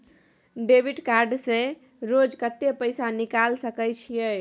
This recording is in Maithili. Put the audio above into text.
डेबिट कार्ड से रोज कत्ते पैसा निकाल सके छिये?